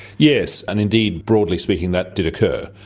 yes, and indeed broadly speaking that did occur.